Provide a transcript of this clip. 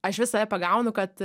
aš vis save pagaunu kad